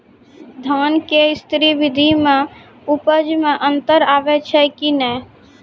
धान के स्री विधि मे उपज मे अन्तर आबै छै कि नैय?